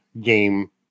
game